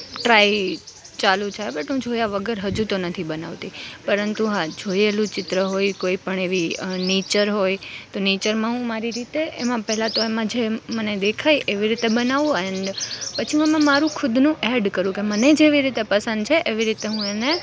try ચાલુ છે but હું જોયા વગર હજુ તો નથી બનાવતી પરંતુ હા જોએલું ચિત્ર હોય કોઈપણ એવી નેચર હોય તો નેચરમાં હું મારી રીતે એમાં પહેલા તો એમાં જે મને દેખાય એવી રીતે બનાવું એન્ડ પછી હું એમાં મારુ ખુદનું એડ કરું કે મને જેવી રીતે પસંદ છે એવી રીતે હું એને